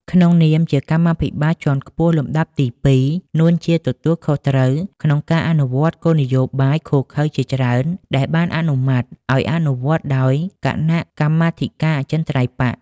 ក្នុងនាម ជាកម្មាភិបាលជាន់ខ្ពស់លំដាប់ទីពីរ នួន ជាទទួលខុសត្រូវក្នុងការអនុវត្ត គោលនយោបាយឃោរឃៅជាច្រើនដែលបានអនុម័តឱ្យអនុវត្តដោយ គណៈកម្មាធិការអចិន្ត្រៃយ៍បក្ស។